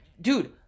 Dude –